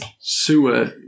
sewer